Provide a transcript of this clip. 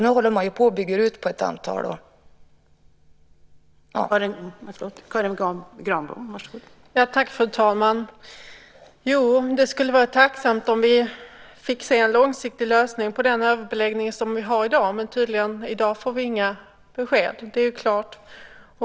Nu håller man ju på att bygga ut ett antal anstalter.